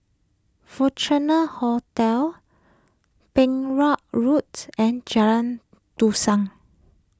Fortuna Hotel Perak Roads and Jalan Dusun